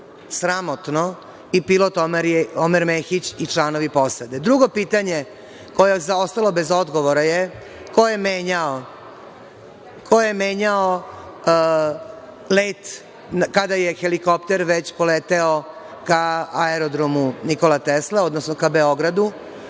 sramotno i pilot Omer Mehić i članovi posade. Drugo pitanje koje je ostalo bez odgovora je ko je menjao let kada je helikopter već poleteo ka aerodromu „Nikola Tesla“, odnosno ka Beogradu,